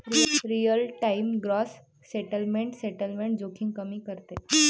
real time gross settlement settlement जोखीम कमी करते